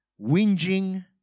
whinging